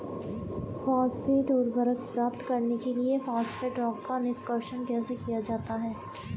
Phosphate उर्वरक प्राप्त करने के लिए फॉस्फेट रॉक का निष्कर्षण कैसे किया जाता है?